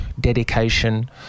dedication